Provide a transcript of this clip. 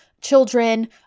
children